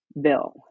bill